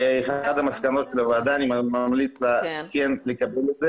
וזאת אחת המסקנות לוועדה שאני ממליץ לכם לקבל את זה,